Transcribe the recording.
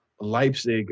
Leipzig